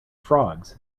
frogs